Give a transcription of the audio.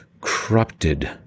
corrupted